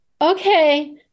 okay